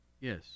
Yes